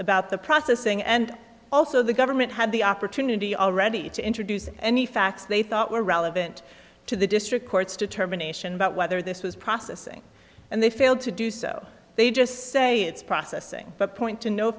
about the processing and also the government had the opportunity already to introduce any facts they thought were relevant to the district court's determination about whether this was processing and they failed to do so they just say it's processing but point to no